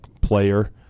player